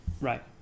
right